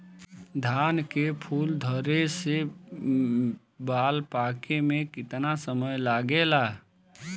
धान के फूल धरे से बाल पाके में कितना समय लागेला?